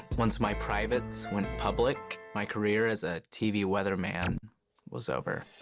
once my privates went public, my career as ah tv weatherman was over.